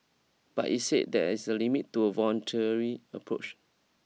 but it said there is a limit to a voluntary approach